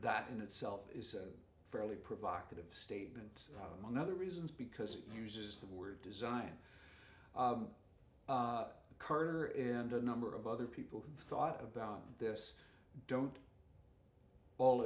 that in itself is a fairly provocative statement among other reasons because it uses the word design carter is and a number of other people who thought about this don't all